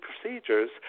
procedures